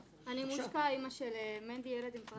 אני מושקא, אימא לילד עם צרכים מיוחדים.